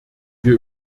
wir